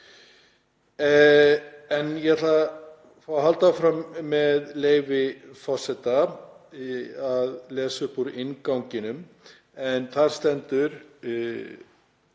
En ég ætla að fá að halda áfram, með leyfi forseta, að lesa upp úr innganginum en þar stendur: